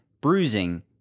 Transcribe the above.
bruising